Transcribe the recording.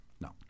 No